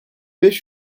beş